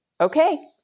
okay